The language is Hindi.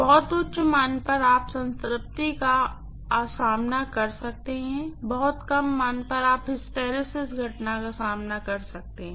बहुत उच्च मान पर आप संतृप्ति का सामना कर सकते हैं बहुत कम मान पर आप हिस्टैरिसीस घटना का सामना कर सकते हैं